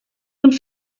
und